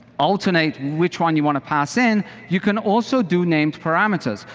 alternate which one you want to parse in, you can also do named parameters.